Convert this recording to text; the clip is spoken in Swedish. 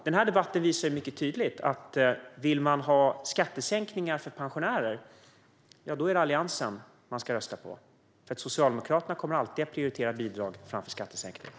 Den här debatten visar mycket tydligt att vill man ha skattesänkningar för pensionärer är det Alliansen man ska rösta på, för Socialdemokraterna kommer alltid att prioritera bidrag framför skattesänkningar.